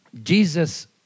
Jesus